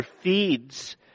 feeds